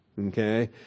Okay